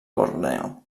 borneo